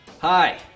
Hi